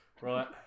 Right